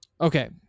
Okay